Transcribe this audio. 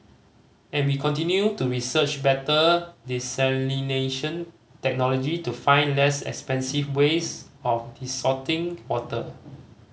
and we continue to research better desalination technology to find less expensive ways of desalting water